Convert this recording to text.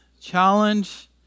challenge